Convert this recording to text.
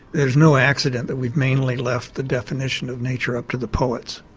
it is no accident that we've mainly left the definition of nature up to the poets.